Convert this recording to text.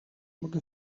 mogę